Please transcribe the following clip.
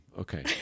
Okay